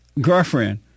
girlfriend